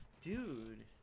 Dude